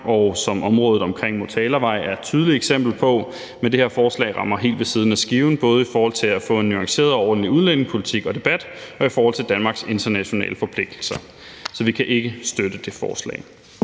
og som området omkring Motalavej er et tydeligt eksempel på. Men det her forslag rammer helt ved siden af skiven, både i forhold til at få en nuanceret og ordentlig udlændingepolitik og -debat og i forhold til Danmarks internationale forpligtelser. Så vi kan ikke støtte det forslag.